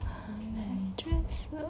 hairdresser